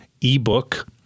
ebook